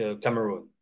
Cameroon